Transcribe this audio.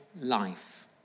life